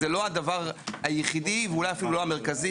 זה לא הדבר היחיד ואולי אף לא המרכזי.